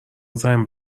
زنگ